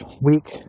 week